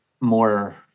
more